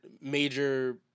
major